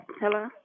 Hello